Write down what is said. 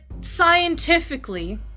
scientifically